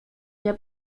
nie